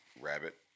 rabbit